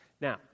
Now